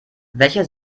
welche